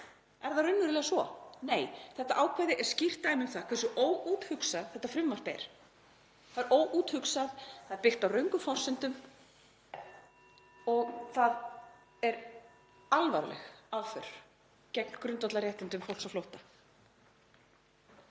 Er það raunverulega svo? Nei, þetta ákvæði er skýrt dæmi um það hversu óúthugsað þetta frumvarp er. Það er óúthugsað, það er byggt á röngum forsendum (Forseti hringir.) og það er alvarleg aðför gegn grundvallarréttindum fólks á flótta.